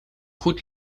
goed